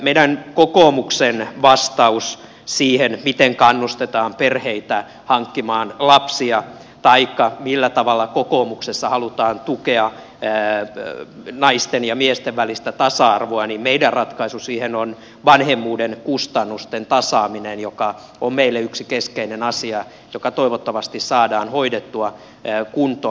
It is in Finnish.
meidän kokoomuksen vastaus siihen miten kannustetaan perheitä hankkimaan lapsia taikka millä tavalla kokoomuksessa halutaan tukea naisten ja miesten välistä tasa arvoa on vanhemmuuden kustannusten tasaaminen joka on meille yksi keskeinen asia joka toivottavasti saadaan hoidettua kuntoon